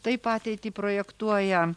taip ateitį projektuoja